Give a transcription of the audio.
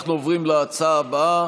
אנחנו עוברים להצעה הבאה,